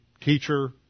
teacher